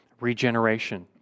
regeneration